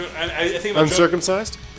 Uncircumcised